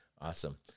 Awesome